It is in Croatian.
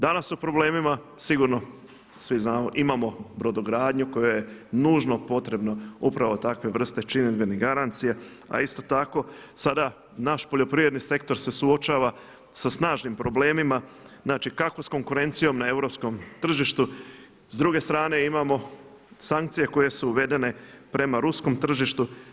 Danas su u problemima sigurno, svi znamo imamo brodogradnju kojoj je nužno potrebna upravo takva vrsta činidbenih garancija, a isto tako sada naš poljoprivredni sektor se suočava sa snažnim problemima znači kako s konkurencijom na europskom tržištu s druge strane imamo sankcije koje su uvedene prema ruskom tržištu.